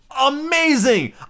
amazing